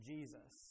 Jesus